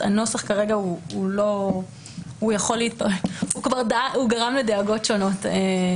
הנוסח כרגע גרם לדאגות שונות.